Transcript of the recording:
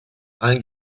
allen